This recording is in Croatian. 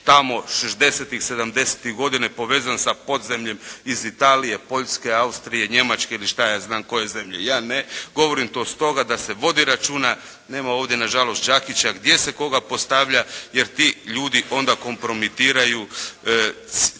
sedamdesetih godina povezan sa podzemljem iz Italije, Poljske, Austrije, Njemačke ili šta ja znam koje zemlje. Ja ne govorim to stoga da se vodi računa. Nema ovdje na žalost Đakića gdje se koga postavlja, jer ti ljudi onda kompromitiraju cjelokupni